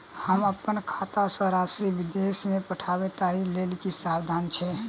हम अप्पन खाता सँ राशि विदेश मे पठवै ताहि लेल की साधन छैक?